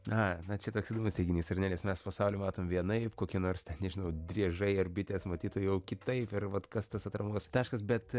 na na čia toks įdomus teiginys ar ne mes pasaulį matom vienaip kokie nors ten nežinau driežai ar bitės matytų jau kitaip ir vat kas tas atramos taškas bet